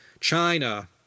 china